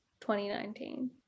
2019